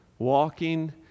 Walking